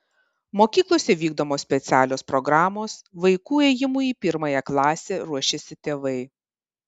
mokyklose vykdomos specialios programos vaikų ėjimui į pirmąją klasę ruošiasi tėvai